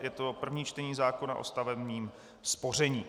Je to první čtení zákona o stavebním spoření.